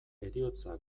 heriotza